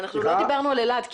אנחנו לא דיברנו על אילת.